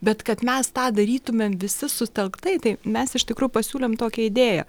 bet kad mes tą darytumėm visi sutelktai tai mes iš tikrųjų pasiūlėm tokią idėją